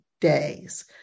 days